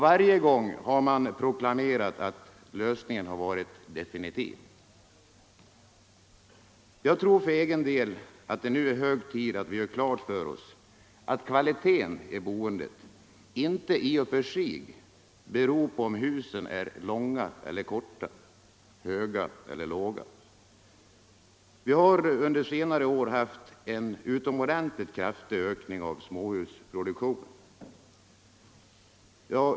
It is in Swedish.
Var gång har man proklamerat att lösningen varit definitiv. Jag tror att det nu är hög tid att vi gör klart för oss att kvaliteten i boendet inte i och för sig beror på om husen är långa eller korta, höga eller låga. — Vi har under senare år haft en utomordentligt kraftig ökning av småhusproduktionen.